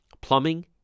Plumbing